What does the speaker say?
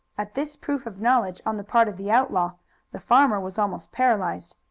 at this proof of knowledge on the part of the outlaw the farmer was almost paralyzed.